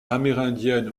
amérindienne